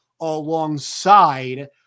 alongside